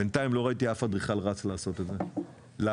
בינתיים לא ראיתי אף אדריכל רץ לעשות את זה, למה?